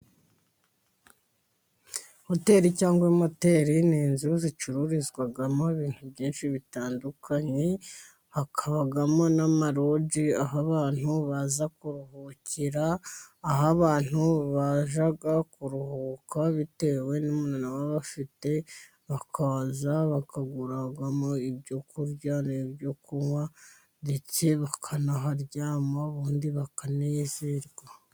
Hoteri cyangwa moteri ni inzu zicururizwamo ibintu byinshi bitandukanye, hakabamo n' amalojyi, aho abantu baza kuruhukira, aho abantu bajya kuruhuka bitewe n' umunaniro baba bafite, bakaza bakaguramo ibyo kurya n' ibyo kunywa ndetse bakanaharyama ubundi bakanezerwa.